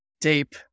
Deep